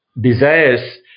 desires